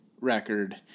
record